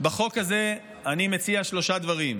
בחוק הזה אני מציע שלושה דברים: